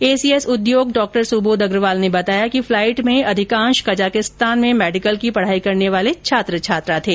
ACS उद्योग डॉ सुबोध अग्रवाल ने बताया कि फ्लााइट में अधिकांश कजाकिस्तान में मेडिकल की पढ़ाई करने वाले छात्र छात्रा थे